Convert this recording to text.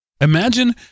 Imagine